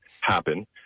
happen